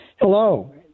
Hello